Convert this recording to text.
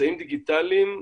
אמצעים דיגיטליים,